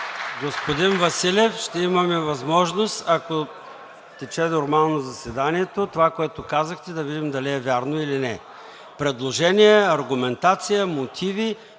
Господин Василев, ще имаме възможност, ако тече нормално заседанието – това, което казахте, да видим дали е вярно, или не е. Предложения, аргументация, мотиви